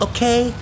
Okay